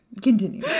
Continue